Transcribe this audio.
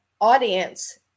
audience